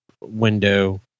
window